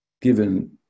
given